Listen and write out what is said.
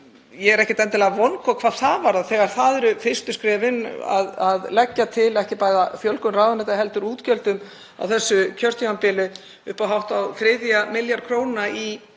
Ég er því ekkert endilega vongóð hvað það varðar þegar það eru fyrstu skrefin að leggja til ekki bara fjölgun ráðuneyta heldur útgjöld á þessu kjörtímabili upp á hátt á þriðja milljarð króna